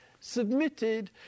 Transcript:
submitted